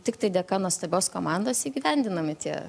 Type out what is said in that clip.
tiktai dėka nuostabios komandos įgyvendinami tie